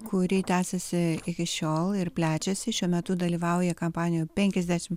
kuri tęsiasi iki šiol ir plečiasi šiuo metu dalyvauja kampanijoj pekiasdešimt